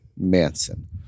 Manson